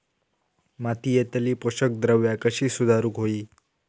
मातीयेतली पोषकद्रव्या कशी सुधारुक होई?